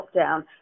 lockdown